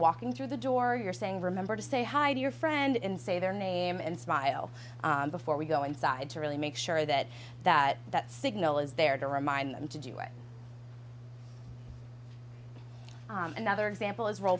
walking through the door you're saying remember to say hi to your friend in say their name and smile before we go inside to really make sure that that that signal is there to remind them to do it another example is role